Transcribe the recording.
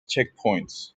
checkpoints